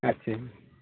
ਅੱਛਾ ਜੀ